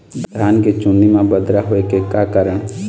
धान के चुन्दी मा बदरा होय के का कारण?